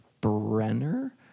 Brenner